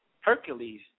Hercules